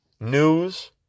news